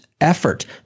effort